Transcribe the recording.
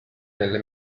nelle